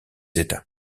état